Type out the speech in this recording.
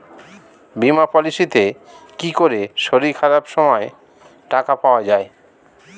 বীমা পলিসিতে কি করে শরীর খারাপ সময় টাকা পাওয়া যায়?